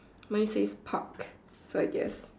mine says park so I guess